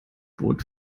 bot